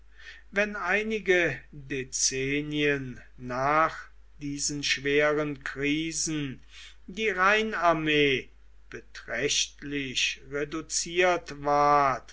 wenn einige dezennien nach diesen schweren krisen die rheinarmee beträchtlich reduziert ward